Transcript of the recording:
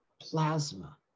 plasma